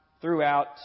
throughout